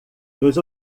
dos